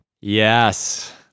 Yes